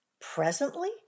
presently